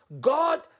God